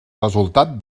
resultat